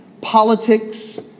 politics